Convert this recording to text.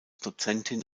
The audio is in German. dozentin